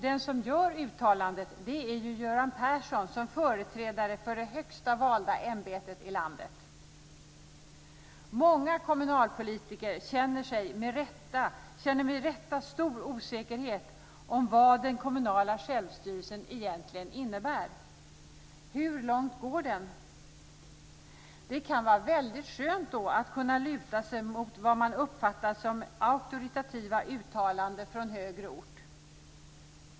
Den som gör uttalandet är ju Göran Persson som företrädare för det högsta valda ämbetet i landet. Många kommunalpolitiker känner med rätta stor osäkerhet om vad den kommunala självstyrelsen egentligen innebär. Hur långt går den? Det kan då vara väldigt skönt att kunna luta sig mot vad man uppfattar som auktoritativa uttalanden från högre ort.